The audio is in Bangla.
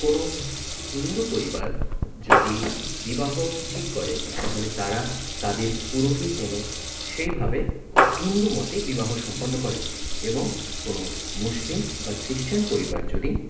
কোনো হিন্দু পরিবার যদি বিবাহ ঠিক করে তাহলে তারা তাদের পুরোহিত এনে সেই ভাবে হিন্দু মতে বিবাহ সম্পন্ন করে এবং কোনো মুসলিম এবং খ্রিশ্চান পরিবার যদি